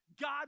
God